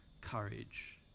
Courage